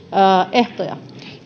ehtoja